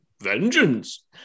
Vengeance